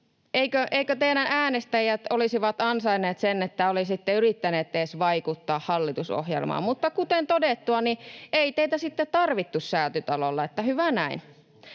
eivätkö teidän äänestäjänne olisi ansainneet sen, että olisitte yrittäneet edes vaikuttaa hallitusohjelmaan? Mutta kuten todettua, ei teitä sitten tarvittu Säätytalolla, niin